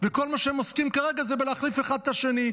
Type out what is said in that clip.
וכל מה שהם עוסקים בו כרגע זה להחליף אחד את השני,